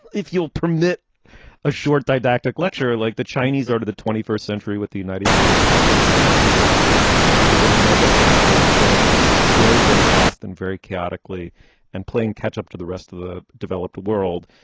if you'll permit a short didactic lecture like the chinese art of the twenty first century with the united states had been at the nineteenth century which is a mega economy growing up very very fast and very chaotically and playing catch up to the rest of the developed world.